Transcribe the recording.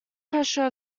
pressure